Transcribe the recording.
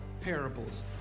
Parables